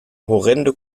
horrende